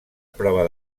prova